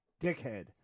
Dickhead